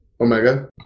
Omega